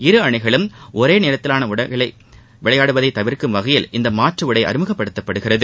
இரு அணிகளும் ஒரே நிறத்திலான ஆடைகளுடன் விளையாடுவதை தவிர்க்கும் வகையில் இந்த மாற்று உடை அறிமுகப்படுத்தப்படுகிறது